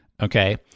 Okay